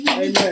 Amen